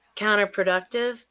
counterproductive